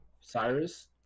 Cyrus